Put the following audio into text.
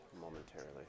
momentarily